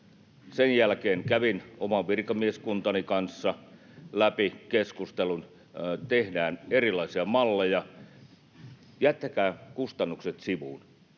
Sen jälkeen kävin oman virkamieskuntani kanssa läpi keskustelun. Tehdään erilaisia malleja. Jättäkää kustannukset sivuun.